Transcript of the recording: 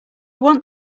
want